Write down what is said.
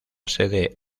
sede